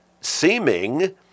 seeming